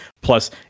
Plus